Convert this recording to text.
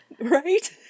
Right